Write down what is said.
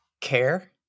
care